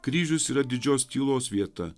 kryžius yra didžios tylos vieta